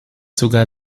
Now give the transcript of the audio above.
sogar